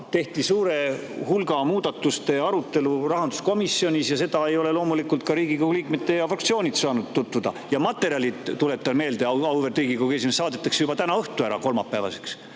tehti suure hulga muudatuste arutelu rahanduskomisjonis ja sellega ei ole loomulikult ka Riigikogu liikmed ja fraktsioonid saanud tutvuda. Ja materjalid, tuletan meelde, auväärt Riigikogu esimees, saadetakse juba täna õhtul kolmapäevaseks